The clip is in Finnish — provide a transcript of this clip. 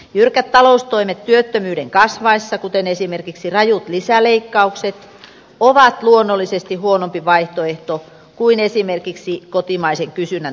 jyrkät taloustoimet työttömyyden kasvaessa kuten esimerkiksi rajut lisäleikkaukset ovat luonnollisesti huonompi vaihtoehto kuin esimerkiksi kotimaisen kysynnän tukeminen